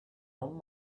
own